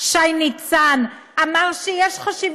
מציעה את החוק